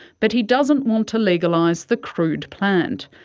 but he doesn't want to legalise the crude plant.